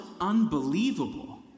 unbelievable